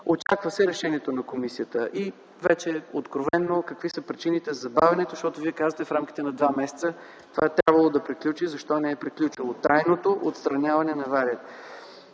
Очаква се решението на комисията. И вече откровено – какви са причините за забавянето? Защото Вие казахте – в рамките на два месеца това е трябвало да приключи. Защо не е приключило трайното отстраняване на аварията?